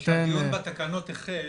כשהדיון בתקנות החל,